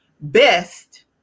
best